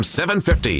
750